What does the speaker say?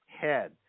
head